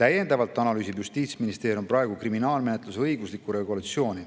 Täiendavalt analüüsib Justiitsministeerium praegu kriminaalmenetluse õiguslikku regulatsiooni.